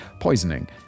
poisoning